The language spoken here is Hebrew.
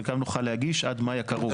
את חלקן נוכל להגיש עד מאי הקרוב.